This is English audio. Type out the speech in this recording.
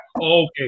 okay